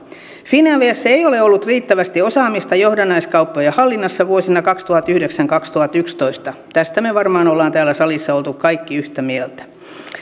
finaviassa ei ei ole ollut riittävästi osaamista johdannaiskauppojen hallinnassa vuosina kaksituhattayhdeksän viiva kaksituhattayksitoista tästä me olemme täällä salissa varmaan kaikki olleet yhtä mieltä